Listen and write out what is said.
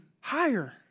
higher